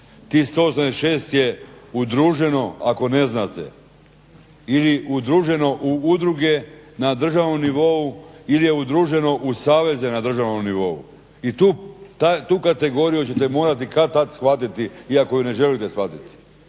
tih 186 je udruženo ako ne znate ili udruženo u udruge na državnom nivou ili je udruženo u saveze na državnom nivou i tu kategoriju ćete morati kad-tad shvatiti iako ju ne želite shvatiti